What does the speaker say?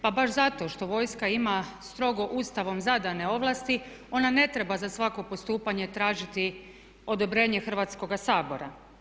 Pa baš zato što vojska ima strogo Ustavom zadane ovlasti ona ne treba za svako postupanje tražiti odobrenje Hrvatskoga sabora.